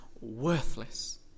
worthless